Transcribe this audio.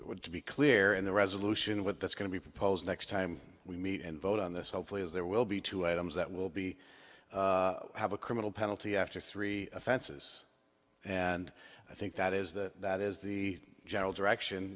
it would be clear in the resolution what that's going to be proposed next time we meet and vote on this hopefully as there will be two items that will be have a criminal penalty after three offenses and i think that is the that is the general direction